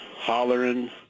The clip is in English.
hollering